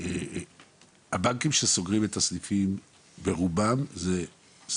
הבנקים שסוגרים את הסניפים ברובם זה ברובם